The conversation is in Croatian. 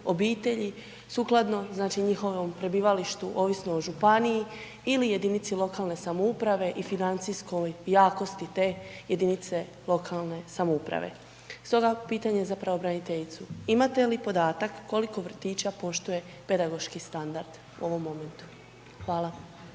obitelji, sukladno znači njihovom prebivalištu ovisno o županiji ili jedinici lokalne samouprave i financijskoj jakosti te jedinice lokalne samouprave. Stoga pitanje za pravobraniteljicu, imate li podatak koliko vrtića poštuje pedagoški standard u ovom momentu? Hvala.